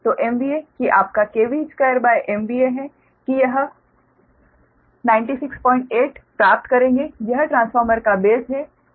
तो MVA कि आपका 2MVA है कि हम 968 प्राप्त करेंगे यह ट्रांसफार्मर का बेस है इसकी रेटिंग के बेस पर